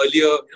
earlier